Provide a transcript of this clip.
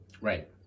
Right